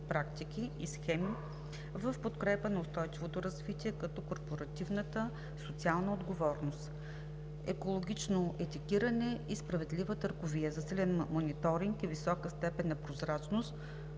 практики и схеми в подкрепа на устойчивото развитие, като Корпоративната социална отговорност, екологично етикиране и справедлива търговия; засилен мониторинг и висока степен на прозрачност,